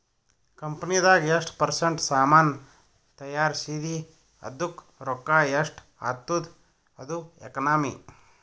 ಕಂಪನಿದಾಗ್ ಎಷ್ಟ ಪರ್ಸೆಂಟ್ ಸಾಮಾನ್ ತೈಯಾರ್ಸಿದಿ ಅದ್ದುಕ್ ರೊಕ್ಕಾ ಎಷ್ಟ ಆತ್ತುದ ಅದು ಎಕನಾಮಿ